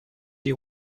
you